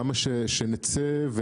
למה שנצא,